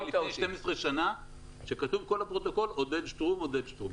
מאחר ואני יודע שהמצגת עומדת להסתיים,